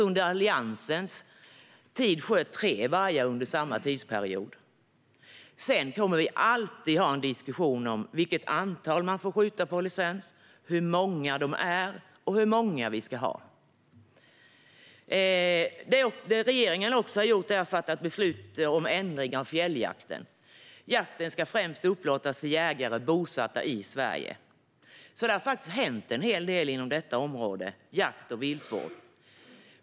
Under Alliansens tid sköts tre vargar under samma tidsperiod. Sedan är det förstås så att vi alltid kommer att ha en diskussion om vilket antal som ska få skjutas på licens, hur många de är och hur många vi ska ha. Regeringen har även fattat beslut om ändring av fjälljakten. Jakten ska främst upplåtas till jägare bosatta i Sverige. Det har alltså hänt en hel del inom jakt och viltvårdsområdet.